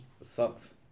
sucks